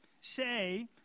say